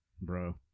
Bro